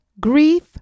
grief